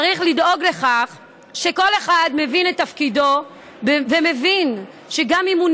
צריך לדאוג לכך שכל אחד מבין את תפקידו ומבין שגם אם יש לו